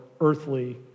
earthly